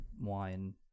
wine